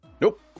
Nope